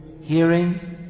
hearing